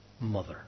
mother